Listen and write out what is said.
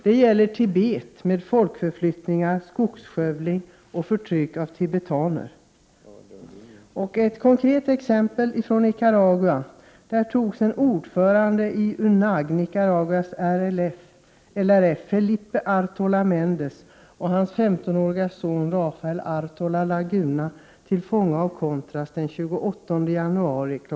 Det gäller också Tibet med folkförflyttningar, skogsskövling och förtryck av tibetaner. Låt mig ge ett konkret exempel från Nicaragua. Där togs en ordförande i UNAG, Nicaraguas LRF, Felipe Artola Mendes och hans 15-årige son Rafael Artola Laguna till fånga den 28 januari kl.